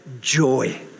joy